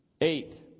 Eight